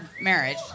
marriage